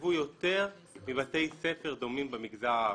שיתוקצבו יותר מבתי ספר דומים במגזר הערבי.